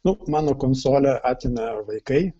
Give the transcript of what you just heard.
nu mano konsolę atėmė vaikai